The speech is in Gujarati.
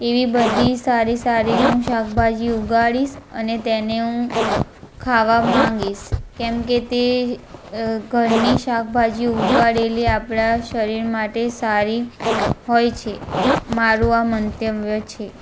એવી બધી સારી સારી હું શાકભાજી ઉગાડીશ અને તેને હું ખાવા માંગીશ કેમકે તે ઘરની શાકભાજી ઉગાડેલી આપણા શરીર માટે સારી હોય છે મારું આ મંતવ્ય છે